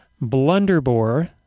Blunderbore